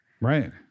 Right